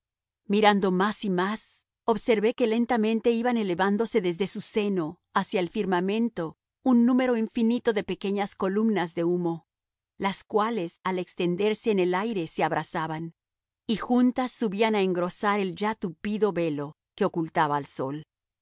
mirando más y más observé que lentamente iban elevándose desde su seno hacia el firmamento un número infinito de pequeñas columnas de humo las cuales al extenderse en el aire se abrazaban y juntas subían a engrosar el ya tupido velo que ocultaba al sol